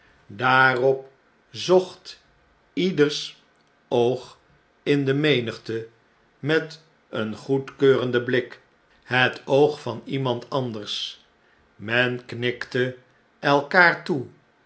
daarop zocht ieders oog in de menigte met een goedkeurenden blik het oog van iemand anders men knikte elkaar toe